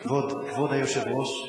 כבוד היושב-ראש,